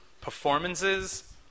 performances